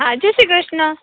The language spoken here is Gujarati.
હા જેશ્રી ક્રષ્ન